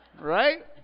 Right